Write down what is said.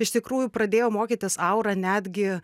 iš tikrųjų pradėjo mokytis aura netgi